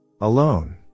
Alone